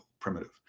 primitive